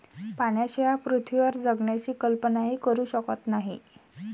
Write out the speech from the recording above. पाण्याशिवाय पृथ्वीवर जगण्याची कल्पनाही करू शकत नाही